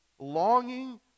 longing